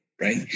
Right